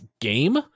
game